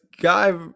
guy